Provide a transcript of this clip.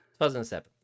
2007